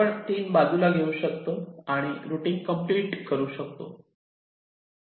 आपण 3 बाजूला घेऊ शकतो आणि रुटींग कम्प्लीट करू शकतो